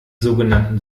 sogenannten